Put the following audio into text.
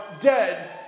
dead